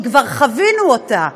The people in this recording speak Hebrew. כי כבר חווינו אותה.